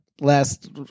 last